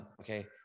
okay